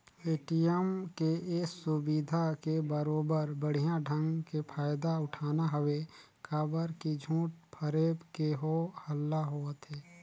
ATM के ये सुबिधा के बरोबर बड़िहा ढंग के फायदा उठाना हवे काबर की झूठ फरेब के हो हल्ला होवथे